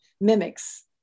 mimics